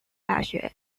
大学